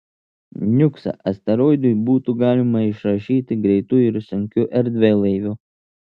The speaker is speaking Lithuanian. niuksą asteroidui būtų galima išrašyti greitu ir sunkiu erdvėlaiviu